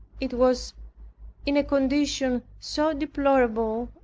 it was in a condition so deplorable,